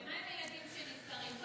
ומה עם הילדים שנפטרים?